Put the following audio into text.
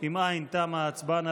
אם אין, תמה ההצבעה.